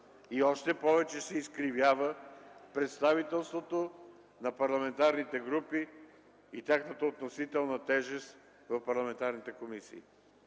и още повече се изкривява представителството на парламентарните групи и тяхната относителна тежест в парламентарните комисии!